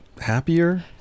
happier